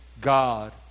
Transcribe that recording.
God